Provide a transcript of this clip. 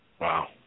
Wow